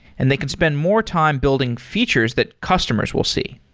and they can spend more time building features that customers will see.